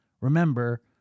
remember